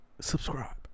Subscribe